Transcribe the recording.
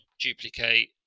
duplicate